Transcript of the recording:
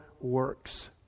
works